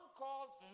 called